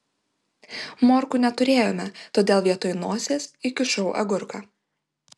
morkų neturėjome todėl vietoj nosies įkišau agurką